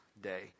day